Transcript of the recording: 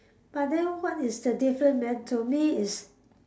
but then what is the different man to me is